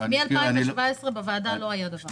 מ-2017 בוועדת הכספים לא עלה דבר כזה.